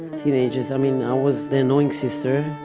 teenagers. i mean, i was the annoying sister.